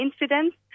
incidents